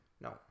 No